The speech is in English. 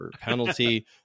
penalty